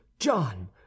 John